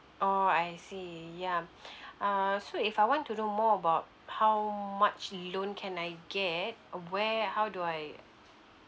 orh I see ya err so if I want to know more about how much loan can I get where how do I